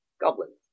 goblins